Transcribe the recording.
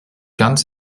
ganz